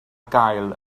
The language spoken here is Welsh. gael